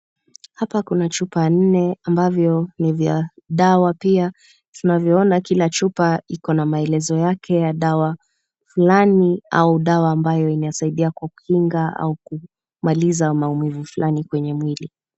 Hapa kuna chupa nne ambazo ni za dawa pia tunavyoona kila chupa ina maelezo yake ya dawa fulani au dawa inayosaidia kukinga au kumaliza maumivu fulani kwenye mwili.